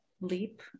leap